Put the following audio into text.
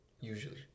usually